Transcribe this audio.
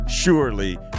surely